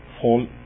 fall